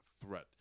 threat